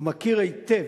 ומכיר היטב,